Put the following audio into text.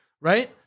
Right